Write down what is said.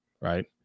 right